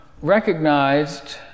recognized